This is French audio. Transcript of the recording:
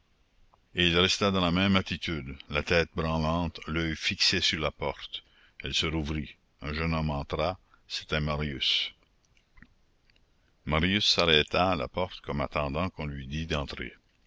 et il resta dans la même attitude la tête branlante l'oeil fixé sur la porte elle se rouvrit un jeune homme entra c'était marius marius s'arrêta à la porte comme attendant qu'on lui dît d'entrer